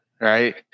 Right